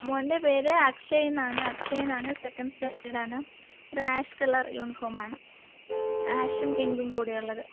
മോൻ്റെ പേര് അക്ഷയ് എന്നാണ് അക്ഷയ് എന്നാണ് സെക്കൻഡ് സ്റ്റാൻഡേർഡ് ആണ് ഒര് ആഷ് കളർ യൂണിഫോമാണ് ആഷും പിങ്കും കൂടെയുള്ളത്